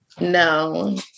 no